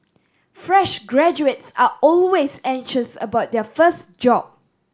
fresh graduates are always anxious about their first job